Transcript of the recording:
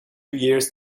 years